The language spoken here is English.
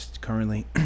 currently